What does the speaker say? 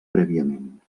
prèviament